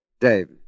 Dave